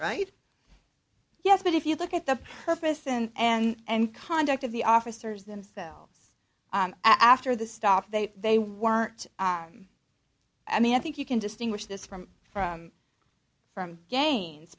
right yes but if you look at the purpose in and conduct of the officers themselves after the stop they they weren't i mean i think you can distinguish this from from from gains